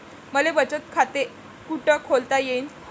मले बचत खाते कुठ खोलता येईन?